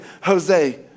Jose